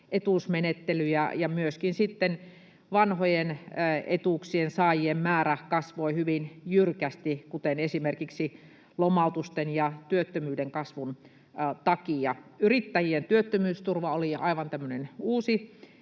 etuusmenettelyjä ja myöskin sitten vanhojen etuuksien saajien määrä kasvoi hyvin jyrkästi esimerkiksi lomautusten ja työttömyyden kasvun takia. Yrittäjien työttömyysturva oli tämmöinen